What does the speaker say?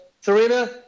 Serena